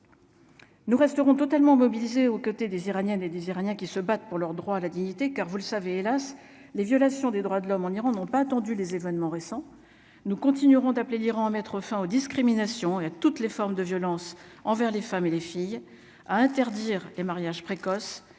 Nous resterons totalement mobilisé aux côtés des Iraniens, des des Iraniens qui se battent pour leur droit à la dignité, car vous le savez, hélas, les violations des droits de l'homme en Iran n'ont pas attendu les événements récents nous continuerons d'appeler l'Iran à mettre fin aux discriminations et à toutes les formes de violence envers les femmes et les filles à interdire les mariages précoces